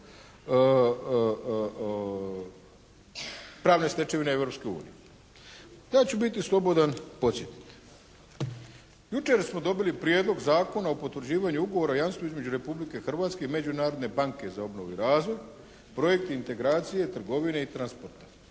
pravne stečevine Europske unije. Ja ću biti slobodan podsjetiti. Jučer smo dobili Prijedlog zakona o potvrđivanju Ugovora o jamstvu između Republike Hrvatske i Međunarodne banke za obnovu i razvoj, projekt integracije, trgovine i transporta,